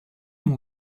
mon